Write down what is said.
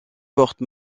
porte